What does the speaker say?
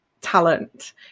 talent